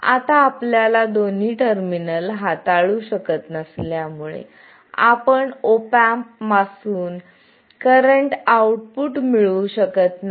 आता आपल्याला दोन्ही टर्मिनल हाताळू शकत नसल्यामुळे आपण ऑप एम्प पासून करंट आउटपुट मिळवू शकत नाही